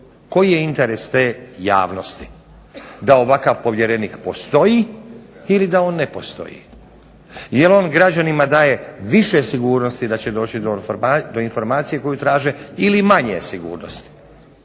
koji je interes te javnosti, da ovakav povjerenik postoji ili da on ne postoji? Jel on građanima daje više sigurnosti da će doći do informacije koju traže ili manje sigurnosti?